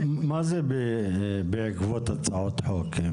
מה זה בעקבות הצעות חוק?